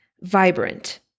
vibrant